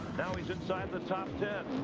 now, he's inside the top ten.